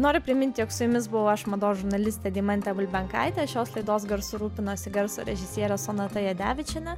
nori priminti jog su jumis buvau aš mados žurnalistė deimantė bulbenkaitė šios laidos garsu rūpinosi garso režisierė sonata jadevičienė